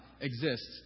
exists